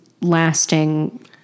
lasting